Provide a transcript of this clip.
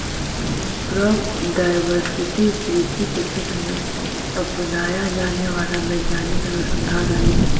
crop diversity कृषि के क्षेत्र में अपनाया जाने वाला वैज्ञानिक अनुसंधान हई